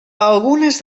algunes